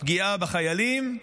הפגיעה בחיילים,